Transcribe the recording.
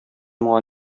моңа